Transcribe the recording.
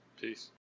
Peace